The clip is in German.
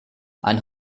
ein